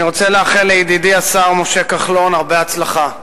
אני רוצה לאחל לידידי השר משה כחלון הרבה הצלחה.